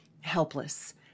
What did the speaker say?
helpless